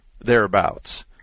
thereabouts